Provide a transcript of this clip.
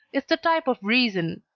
is the type of reason.